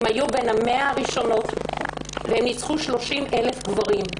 הן היו בין המאה הראשונות והן ניצחו 30,000 גברים.